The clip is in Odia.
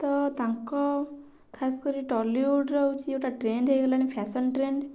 ତ ତାଙ୍କ ଖାସ କରି ଟଲିଉଡ଼୍ର ହେଉଛି ଏଇଟା ଟ୍ରେଣ୍ଡ୍ ହେଇଗଲାଣି ଫ୍ୟାସନ୍ ଟ୍ରେଣ୍ଡ୍